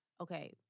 okay